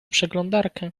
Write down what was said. przeglądarkę